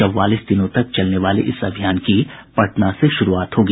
चौवालीस दिनों तक चलने वाले इस अभियान की पटना से शुरूआत होगी